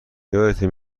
یادته